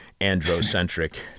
androcentric